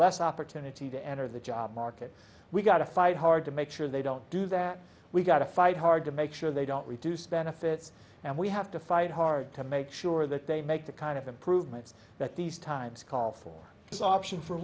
less opportunity to enter the job market we've got to fight hard to make sure they don't do that we've got to fight hard to make sure they don't reduce benefits and we have to fight hard to make sure that they make the kind of improvements that these times call for this option for